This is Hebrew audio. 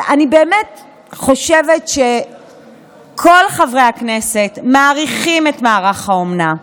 אני באמת חושבת שכל חברי הכנסת מעריכים את מערך האומנה,